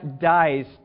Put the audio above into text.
dies